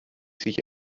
sich